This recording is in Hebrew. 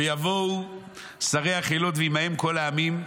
ויבואו שרי החילות ועמהם כל העמים,